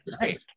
right